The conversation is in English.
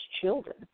children